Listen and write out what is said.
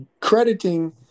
crediting